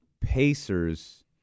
Pacers